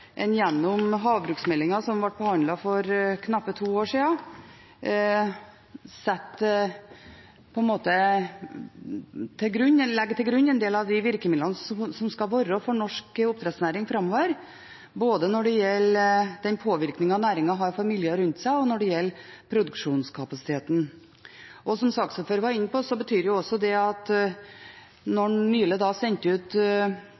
en gjennom havbruksmeldingen som ble behandlet for knappe to år siden, legger til grunn en del av de virkemidlene som skal være for norsk oppdrettsnæring framover, både når det gjelder den påvirkningen næringen har på miljøet rundt seg, og når det gjelder produksjonskapasiteten. Som saksordføreren var inne på, betyr det at når en nylig sendte ut